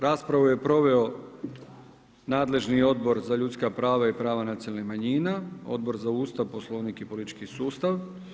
Raspravu je proveo nadležni Odbor za ljudska prava i prava nacionalnih manjina, Odbor za Ustav, Poslovnik i politički sustav.